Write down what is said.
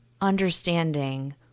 understanding